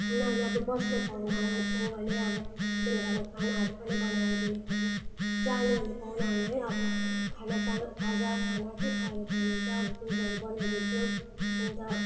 उनीहरू अब बस्ने पाहुना हुन् हो भने अब बेलुकाको खानाहरू पनि बनाएर दिनुपर्यो जानेवाला पाहुना हो भने नि अब खानासाना खाजा खाना के खाएर जानुहुन्छ अब त्योहरू बनाइदिन्छु अन्त